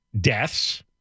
deaths